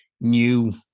new